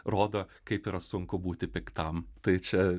rodo kaip yra sunku būti piktam tai čia